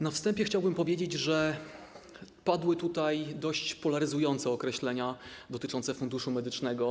Na wstępie chciałbym powiedzieć, że padły tutaj dość polaryzujące określenia dotyczące Funduszu Medycznego.